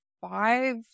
five